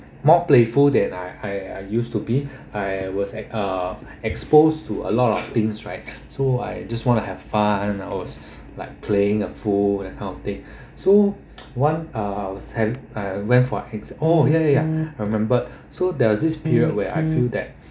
more playful that I I I used to be I was uh exposed to a lot of things right so I just want to have fun I was like playing a fool that kind of thing so one uh have uh went for ex~ oh ya ya ya remembered so there was this period where I feel that